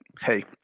hey